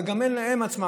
אבל גם אין להן עצמן.